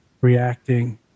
reacting